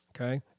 okay